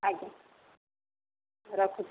ଆଜ୍ଞା ରଖୁଛି